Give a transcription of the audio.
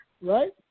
right